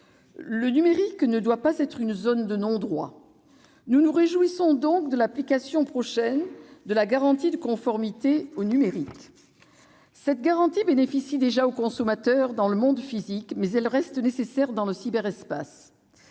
Le numérique ne doit pas être une zone de non-droit ! Nous nous réjouissons donc de l'application prochaine de la garantie de conformité au numérique. Cette garantie, qui bénéficie déjà aux consommateurs dans le monde physique, est nécessaire aussi dans le cyberespace.